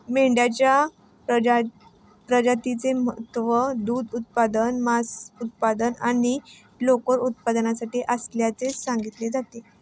मेंढ्यांच्या प्रजातीचे महत्त्व दूध उत्पादन, मांस उत्पादन आणि लोकर उत्पादनासाठी असल्याचे सांगितले जाते